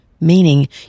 meaning